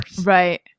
Right